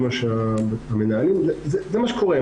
זה מה שהמנהלים זה מה שקורה,